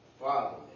Father